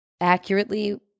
accurately